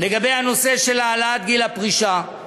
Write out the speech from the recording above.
הנושא של העלאת גיל הפרישה,